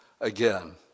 again